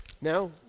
Now